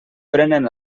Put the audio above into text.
prenen